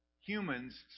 humans